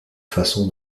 façon